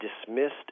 dismissed